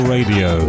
Radio